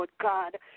god